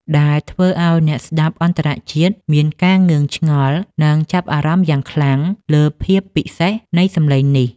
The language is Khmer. ដែលធ្វើឱ្យអ្នកស្តាប់អន្តរជាតិមានការងឿងឆ្ងល់ និងចាប់អារម្មណ៍យ៉ាងខ្លាំងលើភាពពិសេសនៃសម្លេងនេះ។